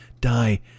Die